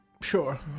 sure